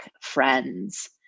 friends